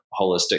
holistic